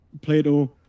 Plato